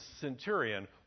centurion